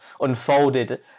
unfolded